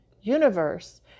universe